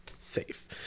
safe